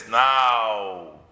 now